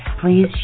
please